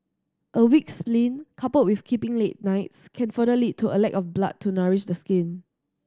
a weak spleen coupled with keeping late nights can further lead to a lack of blood to nourish the skin